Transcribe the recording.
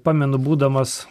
pamenu būdamas